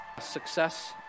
Success